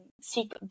seek